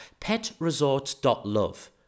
petresorts.love